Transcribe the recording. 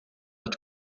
het